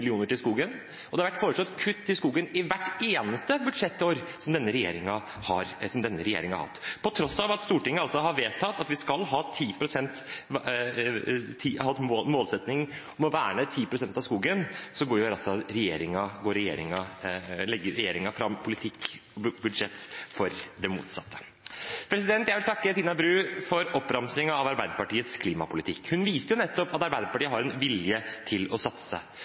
Det har vært foreslått kutt til skogvernet i hvert eneste budsjettår som denne regjeringen har sittet. På tross av at Stortinget har vedtatt at vi skal ha en målsetting om å verne 10 pst. av skogen, legger regjeringen fram politikk og budsjett for det motsatte. Jeg vil takke Tina Bru for oppramsingen av Arbeiderpartiets klimapolitikk. Hun viste nettopp at Arbeiderpartiet har en vilje til å satse.